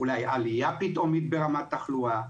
אולי עלייה פתאומית ברמת התחלואה?